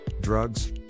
drugs